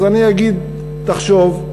אז אני אגיד: תחשוב,